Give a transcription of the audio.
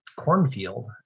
cornfield